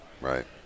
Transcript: Right